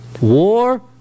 War